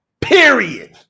Period